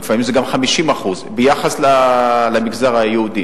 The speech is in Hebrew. לפעמים זה גם 50% ביחס למגזר היהודי.